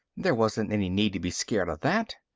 there wasn't any need to be scared of that.